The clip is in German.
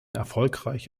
erfolgreich